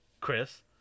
Chris